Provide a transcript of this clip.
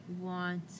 want